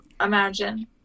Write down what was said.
imagine